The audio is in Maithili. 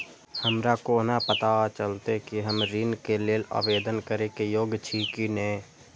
हमरा कोना पताा चलते कि हम ऋण के लेल आवेदन करे के योग्य छी की ने?